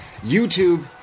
YouTube